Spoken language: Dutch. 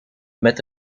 met